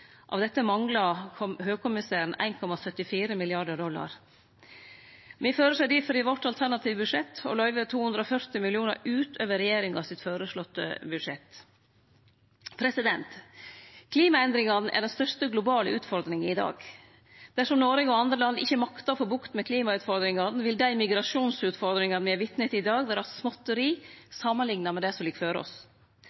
Av dette mangla høgkommissæren 1,74 mrd. dollar. Me føreslår difor i vårt alternative budsjett å løyve 240 mill. kr utover regjeringa sitt føreslåtte budsjett. Klimaendringane er den største globale utfordringa i dag. Dersom Noreg og andre land ikkje maktar å få bukt med klimautfordringane, vil dei migrasjonsutfordringane me er vitne til i dag, vere småtteri